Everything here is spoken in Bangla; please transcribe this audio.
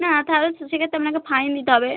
না তাহলে সেক্ষেত্রে আপনাকে ফাইন দিতে হবে